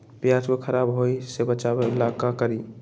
प्याज को खराब होय से बचाव ला का करी?